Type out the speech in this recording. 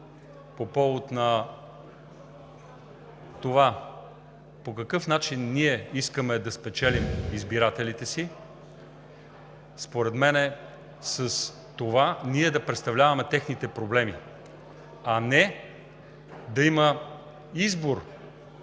по повод на това по какъв начин ние искаме да спечелим избирателите си. Според мен е с това ние да представляваме техните проблеми, а не да има избор